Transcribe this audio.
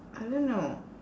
I don't know